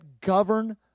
govern